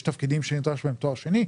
יש תפקידים שנדרש בהם תואר שני,